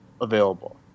available